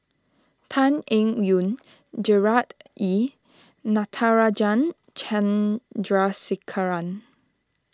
Tan Eng Yoon Gerard Ee Natarajan Chandrasekaran